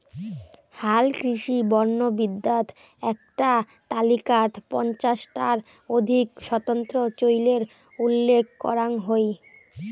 হালকৃষি বনবিদ্যাত এ্যাকটা তালিকাত পঞ্চাশ টার অধিক স্বতন্ত্র চইলের উল্লেখ করাং হই